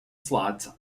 slots